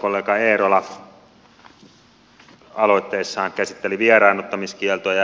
edustajakollega eerola aloitteessaan käsitteli vieraannuttamiskieltoja